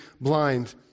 blind